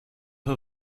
her